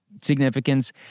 significance